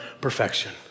perfection